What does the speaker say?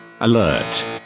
Alert